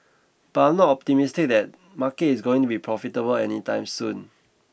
but I'm not optimistic that market is going to be profitable any time soon